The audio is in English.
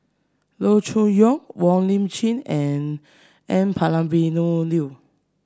Loo Choon Yong Wong Lip Chin and N Palanivelu